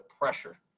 pressure